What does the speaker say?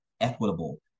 equitable